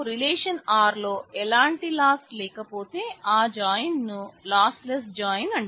నాకు relation R లో ఎలాంటి లాస్ లేకపోతే ఆ జాయిన్ ను లాస్లెస్ జాయిన్